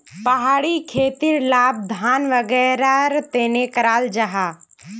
पहाड़ी खेतीर लाभ धान वागैरहर तने कराल जाहा